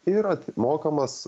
yra mokamas